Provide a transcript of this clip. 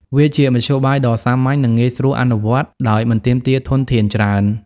វាជាមធ្យោបាយដ៏សាមញ្ញ និងងាយស្រួលអនុវត្តដោយមិនទាមទារធនធានច្រើន។